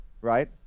right